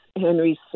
Henry's